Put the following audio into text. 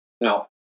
now